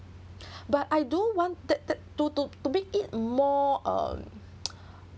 but I do want the the to to to make it more uh